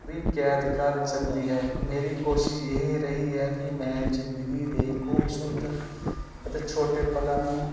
ਵੀ ਕੈਦ ਕਰ ਸਕਦੀ ਹੈ ਮੇਰੀ ਕੋਸ਼ਿਸ਼ ਇਹ ਰਹੀ ਹੈ ਕਿ ਮੈਂ ਜ਼ਿੰਦਗੀ ਦੇ ਖੂਬਸੂਰਤ ਅਤੇ ਛੋਟੇ ਪਲਾ ਨੂੰ